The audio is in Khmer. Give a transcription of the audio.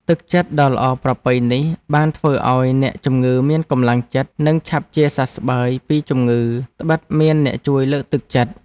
ទឹកចិត្តដ៏ល្អប្រពៃនេះ បានធ្វើឱ្យអ្នកជំងឺមានកម្លាំងចិត្ត និងឆាប់ជាសះស្បើយពីជំងឺដ្បិតមានអ្នកជួយលើកទឹកចិត្ត។